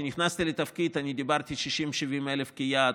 כשנכנסתי לתפקיד דיברתי על 60,000 70,000 כיעד.